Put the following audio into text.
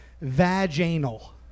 vaginal